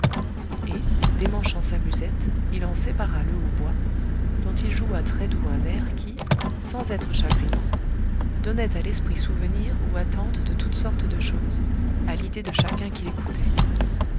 et démanchant sa musette il en sépara le hautbois dont il joua très-doux un air qui sans être chagrinant donnait à l'esprit souvenir ou attente de toutes sortes de choses à l'idée de chacun qui l'écoutait